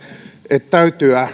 että